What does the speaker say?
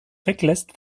weglässt